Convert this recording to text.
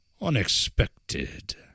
unexpected